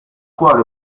quale